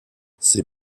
ces